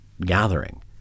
gathering